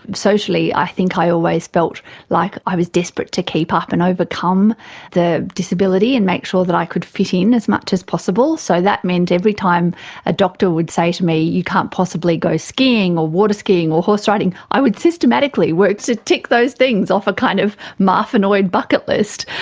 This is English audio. socially i think i always felt like i was desperate to keep up and overcome the disability and make sure that i could fit in as much as possible, so that meant every time a doctor would say to me, you can't possibly go skiing or waterskiing or horseriding, i would systematically work to tick those things off a kind of marfanoid bucket list.